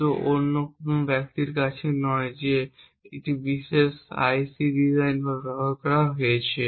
কিন্তু অন্য কোন ব্যক্তির কাছে নয় যে এই বিশেষ আইসি ডিজাইন বা ব্যবহার করছে